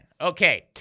Okay